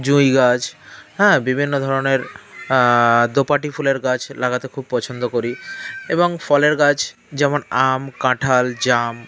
জুঁই গাছ হ্যাঁ বিভিন্ন ধরনের দোপাটি ফুলের গাছ লাগাতে খুব পছন্দ করি এবং ফলের গাছ যেমন আম কাঁঠাল জাম